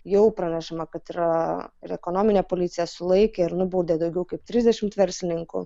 jau pranešama kad yra ir ekonominė policija sulaikė ir nubaudė daugiau kaip trisdešimt verslininkų